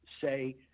say